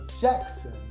Jackson